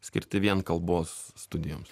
skirti vien kalbos studijoms